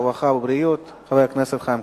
הרווחה והבריאות חיים כץ.